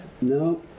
No